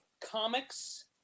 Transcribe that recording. comics